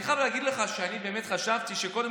אני חייב להגיד לך שאני באמת חשבתי שקודם